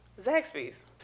Zaxby's